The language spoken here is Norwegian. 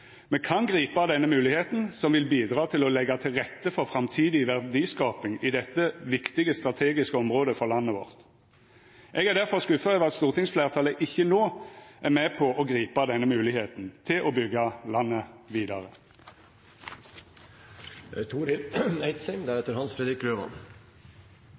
Me kan gripa denne moglegheita, som vil bidra til å leggja til rette for framtidig verdiskaping i dette viktige strategiske området for landet vårt. Eg er difor skuffa over at stortingsfleirtalet ikkje no er med på å gripa denne moglegheita til å byggja landet vidare.